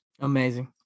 Amazing